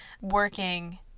working